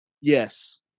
yes